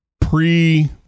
pre